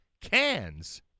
cans